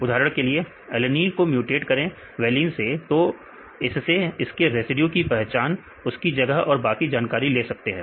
उदाहरण के लिए एलेनिन को म्यूटेट करें वैलीन से तो इससे इसके रेसिड्यू की पहचान उसकी जगह और बाकी जानकारी ले सकते हैं